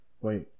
Wait